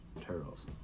*Turtles*